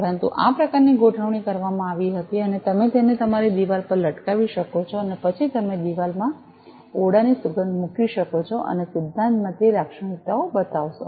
પરંતુ આ પ્રકારની ગોઠવણી કરવામાં આવી હતી અને તમે તેને તમારી દિવાલ પર લટકાવી શકો છો અને પછી તમે દિવાલમાં ઓરડાની સુગંધ મૂકી શકો છો અને સિદ્ધાંતમાં તે લાક્ષણિકતાઓ બતાવશે